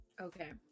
Okay